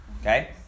Okay